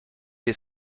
les